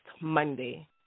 Monday